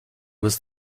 was